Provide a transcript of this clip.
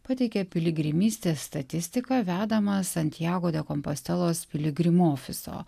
pateikė piligrimystės statistiką vedamą santjago de kompostelos piligrimų ofiso